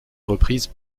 reprise